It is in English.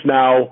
now